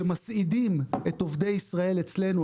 שמסעידים את עובדי ישראל אצלנו,